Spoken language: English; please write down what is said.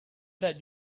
that